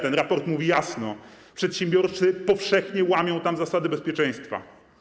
Ten raport mówi jasno: przedsiębiorcy powszechnie łamią tam zasady bezpieczeństwa.